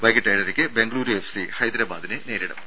വൈകീട്ട് ഏഴരക്ക് ബെങ്കളൂരു എഫ്സി ഹൈദരാബാദിനെ നേരിടും